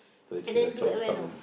the the cheongsam